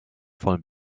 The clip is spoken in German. von